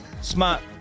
Smart